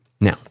Now